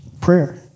prayer